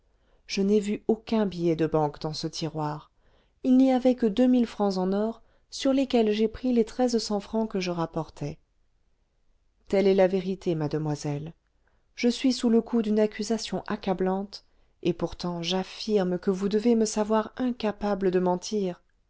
je n'ai vu aucun billet de banque dans ce tiroir il n'y avait que deux mille francs en or sur lesquels j'ai pris les treize cents francs que je rapportais telle est la vérité mademoiselle je suis sous le coup d'une accusation accablante et pourtant j'affirme que vous devez me savoir incapable de mentir